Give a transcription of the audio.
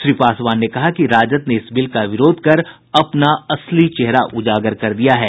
उन्होंने कहा कि राजद ने इस बिल का विरोध कर अपना असली चेहरा उजागर कर दिया है